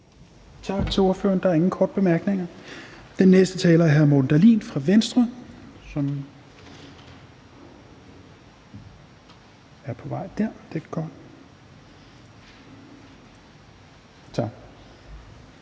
Tak til ordføreren. Der er ingen korte bemærkninger. Den næste taler er hr. Morten Dahlin fra Venstre, som jeg kan se er på